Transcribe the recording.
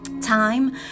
time